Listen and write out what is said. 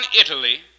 Italy